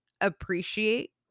appreciate